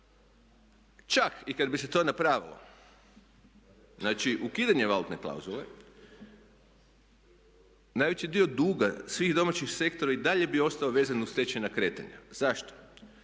Čak i kad bi se to napravilo, znači ukidanje valutne klauzule. Najveći dio duga svih domaćih sektora i dalje bi ostao vezan uz tečajna kretanja. Zašto?